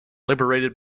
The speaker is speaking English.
liberated